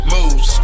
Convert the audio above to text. Moves